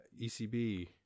ECB